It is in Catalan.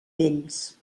vells